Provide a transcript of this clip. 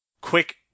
quick